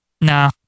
Nah